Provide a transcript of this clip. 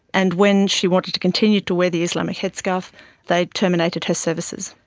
and when she wanted to continue to wear the islamic headscarf they terminated her services.